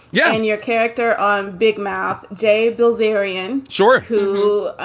yeah, and your character on big mouth, jay bills arean. sure. who?